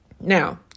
Now